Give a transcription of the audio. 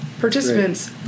participants